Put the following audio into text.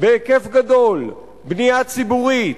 בהיקף גדול, בנייה ציבורית,